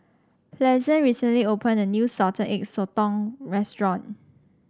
Pleasant recently opened a new Salted Egg Sotong restaurant